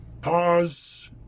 pause